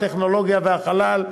הטכנולוגיה והחלל.